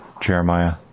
Jeremiah